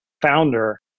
founder